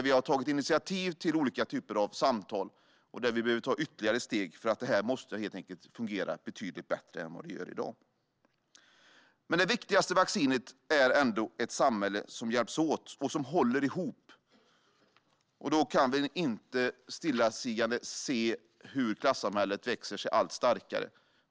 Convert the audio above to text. Vi har tagit initiativ till olika typer av samtal och behöver ta ytterligare steg, för detta måste fungera betydligt bättre än vad det gör i dag. Men det viktigaste vaccinet är ändå ett samhälle där man hjälps åt och håller ihop. Vi kan inte stillatigande se på när klassamhället växer sig allt starkare.